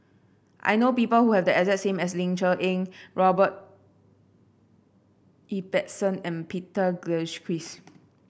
I know people who have the as Ling Cher Eng Robert Ibbetson and Peter Gilchrist